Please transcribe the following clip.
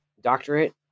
doctorate